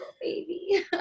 baby